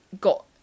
got